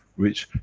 which,